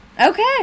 Okay